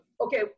Okay